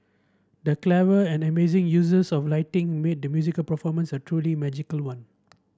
the clever and amazing uses of lighting made the musical performance a truly magical one